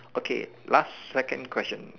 okay last second question